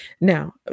Now